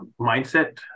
mindset